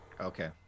Okay